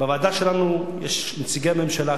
בוועדה שלנו יש נציגי הממשלה,